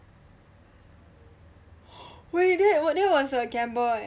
wait that that was a gamble eh